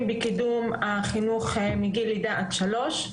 בקידום החינוך מגיל לידה עד שלוש.